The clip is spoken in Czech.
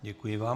Děkuji vám.